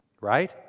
Right